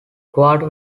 quarter